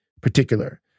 particular